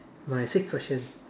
my sixth question